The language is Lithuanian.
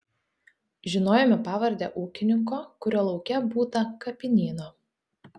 žinojome pavardę ūkininko kurio lauke būta kapinyno